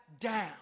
down